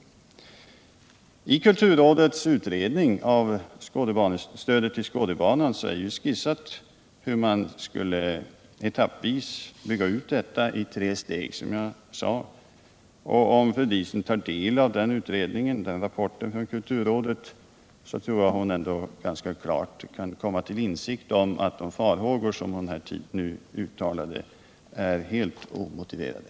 37 I kulturrådets utredning av stödet till Skådebanan har det, som jag sade, skisserats hur man etappvis bör bygga ut detta i tre steg. Om fru Diesen tar del av den rapporten från kulturrådet tror jag att hon kan komma till insikt om att de farhågor som hon uttalat är helt omotiverade.